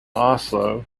oslo